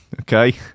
Okay